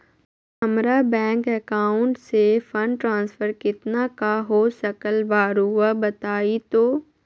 हमरा bank account से fund transfer कितना का हो सकल बा रुआ बताई तो?